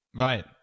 Right